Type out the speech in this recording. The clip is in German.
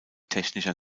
technischer